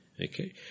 okay